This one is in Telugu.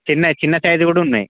చిన్న చిన్న సైజ్ కూడా ఉన్నాయి